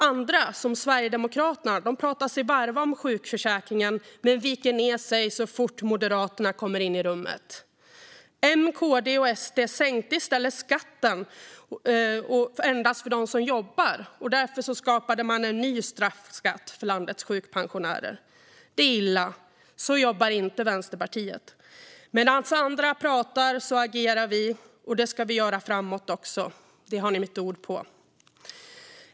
Andra, som Sverigedemokraterna, pratar sig varma om sjukförsäkringen men viker ned sig så fort Moderaterna kommer in i rummet. M, KD och SD sänkte i stället skatten endast för dem som jobbar och skapade därmed en ny straffskatt för landets sjukpensionärer. Det är illa. Så jobbar inte Vänsterpartiet. Medan andra pratar agerar vi, och det ska vi göra också framåt. Det har ni mitt ord på.